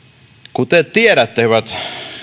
kuten tiedätte hyvät